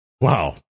Wow